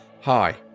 Hi